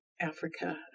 Africa